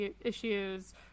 issues